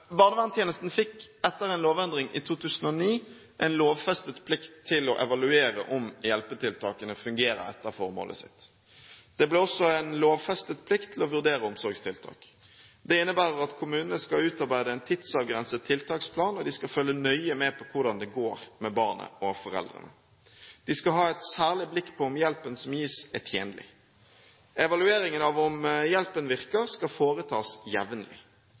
fikk etter en lovendring i 2009 en lovfestet plikt til å evaluere om hjelpetiltakene fungerer etter sitt formål. Det ble også en lovfestet plikt til å vurdere omsorgstiltak. Det innebærer at kommunene skal utarbeide en tidsavgrenset tiltaksplan, og de skal følge nøye med på hvordan det går med barnet og foreldrene. De skal ha et særlig blikk på om hjelpen som gis, er tjenlig. Evalueringen av om hjelpen virker, skal foretas jevnlig.